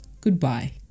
Goodbye